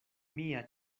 mia